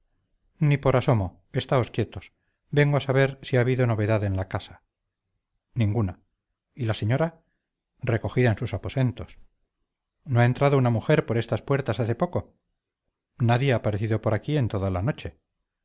ni por asomo estaos quietos vengo a saber si ha habido novedad en la casa ninguna y la señora recogida en sus aposentos no ha entrado una mujer por estas puertas hace poco nadie ha aparecido por aquí en toda la noche